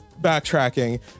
backtracking